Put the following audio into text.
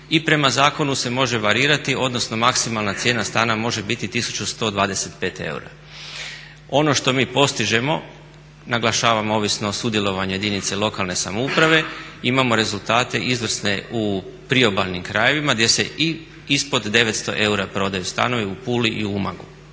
i prema zakonu se može varirati, odnosno maksimalna cijena stana može biti 1125 eura. Ono što mi postižemo, naglašavam ovisno o sudjelovanju jedinice lokalne samouprave, imamo rezultate izvrsne u priobalnim krajevima gdje se i ispod 900 eura prodaju stanovi u Puli i u Umagu.